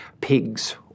pigs